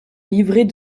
livret